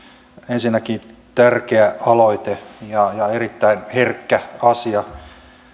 ensinnäkin tärkeä aloite ja erittäin herkkä asia